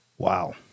Wow